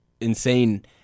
insane